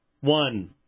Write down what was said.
one